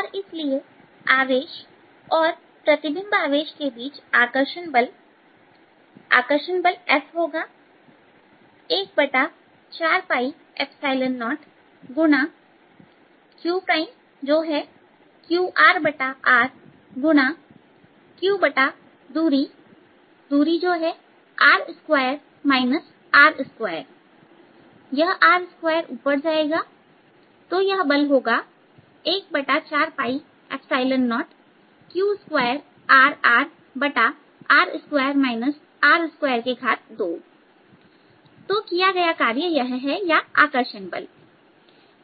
और इसलिए आवेश और प्रतिबिंब आवेश के बीच आकर्षण बल आकर्षण बल F होगा 140गुणा q प्राइम जो है qRrगुणा q दूरी जो है यह r2ऊपर जाएगा तो यह बल होगा 140q2Rrr2 R22 तो किया गया कार्य यह है या आकर्षण बल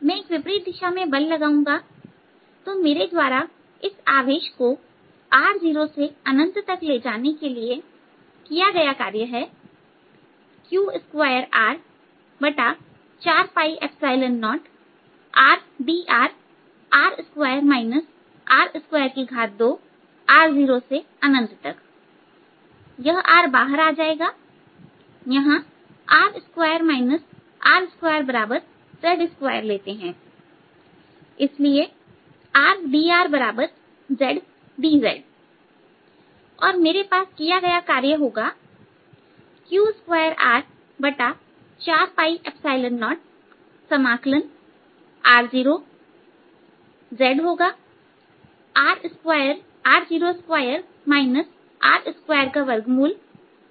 मैं एक विपरीत दिशा में बल लगाऊंगा तो मेरे द्वारा इस आवेश को r0से अनंत तक ले जाने में किया गया कार्य q2R40r0 rdrr2 R22यह R बाहर आ जाएगा यहांr2 R2z2लेते हैं इसलिए rdrzdz और मेरे पास किया गया कार्य q2R40समाकलन के लिए r0 होगा z होगा r02 R2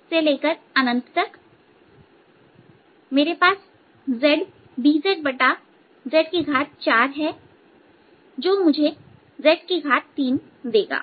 से मेरे पासzdzz4है जो मुझे z3 देगा